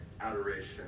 adoration